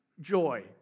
joy